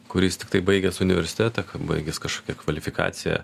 kuris tiktai baigęs universitetą baigęs kažkokią kvalifikaciją